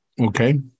Okay